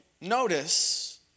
notice